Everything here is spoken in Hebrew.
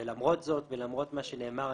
ולמרות זאת ולמרות מה שנאמר,